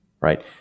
Right